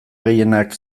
gehienak